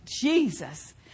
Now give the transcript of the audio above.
Jesus